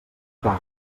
cas